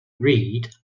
read